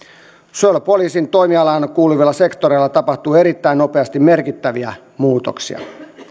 suojelupoliisin toimialaan kuuluvilla sektoreilla tapahtuu erittäin nopeasti merkittäviä muutoksia